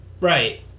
Right